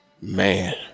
man